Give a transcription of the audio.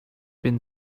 been